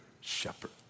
shepherd